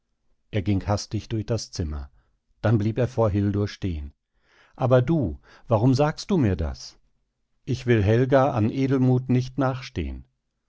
er ging hastig durch das zimmer dann blieb er vor hildur stehen aber du warum sagst du mir das ich will helga an edelmut nicht nachstehen